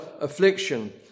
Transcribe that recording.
affliction